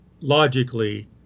logically